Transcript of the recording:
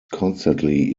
constantly